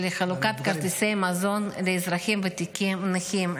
-- של חלוקת כרטיסי מזון לאזרחים ותיקים נכים.